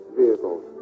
vehicles